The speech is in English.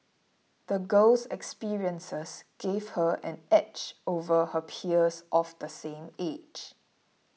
the girl's experiences gave her an edge over her peers of the same age